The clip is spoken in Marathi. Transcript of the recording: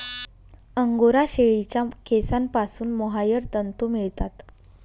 अंगोरा शेळीच्या केसांपासून मोहायर तंतू मिळतात